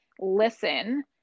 listen